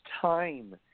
time